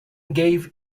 gave